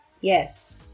Yes